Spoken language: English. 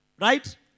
Right